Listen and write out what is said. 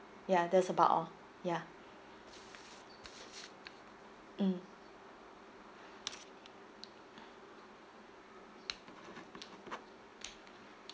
ya that's about all ya mm